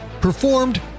Performed